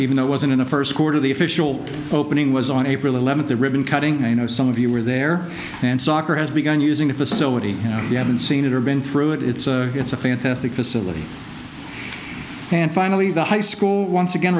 even though it wasn't in the first quarter the official opening was on april eleventh the ribbon cutting you know some of you were there and soccer has begun using a facility you know you haven't seen it or been through it it's it's a fantastic facility and finally the high school once again